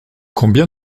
combien